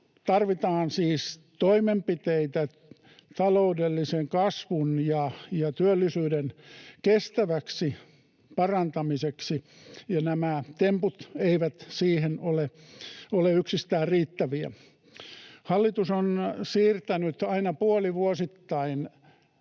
Tarvitaan siis toimenpiteitä taloudellisen kasvun ja työllisyyden kestäväksi parantamiseksi, ja nämä temput eivät siihen ole yksistään riittäviä. Hallitus on siirtänyt aina puolivuosittain